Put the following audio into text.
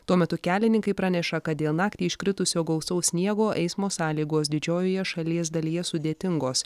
tuo metu kelininkai praneša kad dė naktį iškritusio gausaus sniego eismo sąlygos didžiojoje šalies dalyje sudėtingos